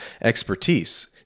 expertise